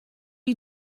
you